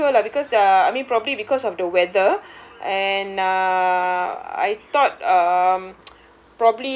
I'm not sure lah because uh I mean probably because of the weather and uh I thought um